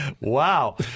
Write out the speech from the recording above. wow